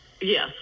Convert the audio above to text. Yes